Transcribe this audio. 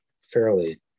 fairly